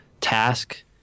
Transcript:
task